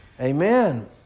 Amen